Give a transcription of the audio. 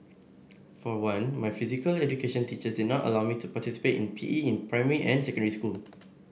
for one my physical education teachers did not allow me to participate in P E in primary and secondary school